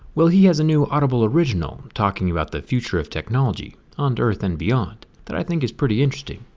well he has a new audible original talking about the future of technology on earth and beyond that i think is pretty interesting.